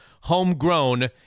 homegrown